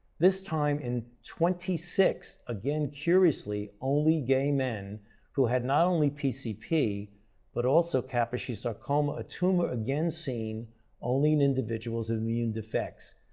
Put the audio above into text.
this time in twenty six, again curiously, only gay men who had not only pcp but also kaposi's sarcoma, a tumor again seen only in individuals with immune defects.